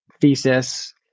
thesis